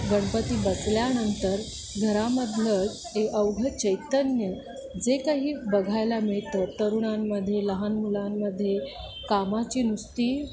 गणपती बसल्यानंतर घरामधलं ए अवघं चैतन्य जे काही बघायला मिळतं तरुणांमध्ये लहान मुलांमध्ये कामाची नुसती